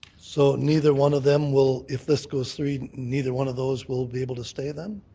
so neither one of them will if this goes through neither one of those will be able to stay then?